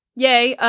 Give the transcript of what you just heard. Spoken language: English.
yay,